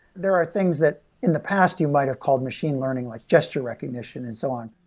there are things that, in the past, you might have called machine learning, like gesture recognition and so on,